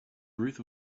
ruth